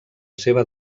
seva